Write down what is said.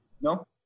no